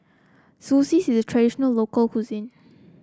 Zosui is traditional local cuisine